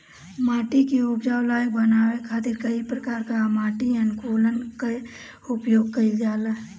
माटी के उपजाऊ लायक बनावे खातिर कई प्रकार कअ माटी अनुकूलक कअ उपयोग कइल जाला